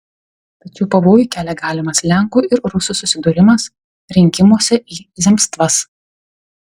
tačiau pavojų kelia galimas lenkų ir rusų susidūrimas rinkimuose į zemstvas